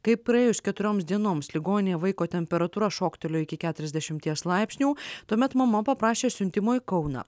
kai praėjus keturioms dienoms ligoninėj vaiko temperatūra šoktelėjo iki keturiasdešimties laipsnių tuomet mama paprašė siuntimo į kauną